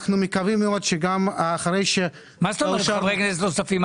אנחנו מקווים מאוד שגם שאחרי --- מה זאת אומרת חברי כנסת נוספים?